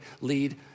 lead